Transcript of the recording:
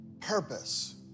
purpose